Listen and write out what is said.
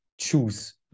choose